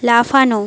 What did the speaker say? লাফানো